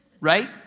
right